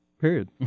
period